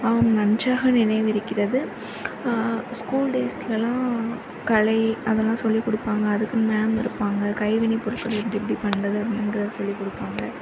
ஆம் நன்றாக நினைவிருக்கிறது ஸ்கூல் டேஸ்லலாம் கலை அதலாம் சொல்லி கொடுப்பாங்க அதுக்கு மேம் இருப்பாங்க கைவினை பொருட்கள் எப்டியெப்படி பண்ணுறது அந்தமாதிரி சொல்லி கொடுப்பாங்க